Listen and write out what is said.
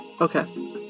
okay